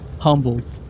humbled